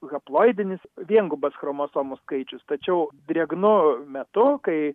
haploidinis viengubas chromosomų skaičius tačiau drėgnu metu kai